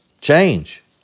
Change